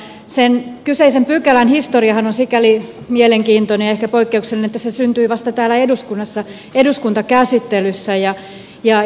sen kyseisen pykälän historiahan on sikäli mielenkiintoinen ja ehkä poikkeuksellinen että se syntyi vasta täällä eduskunnassa eduskuntakäsittelyssä